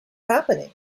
happening